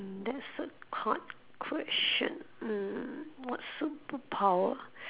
mm that's a hard question mm what superpower